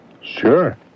Sure